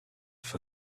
for